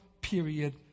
period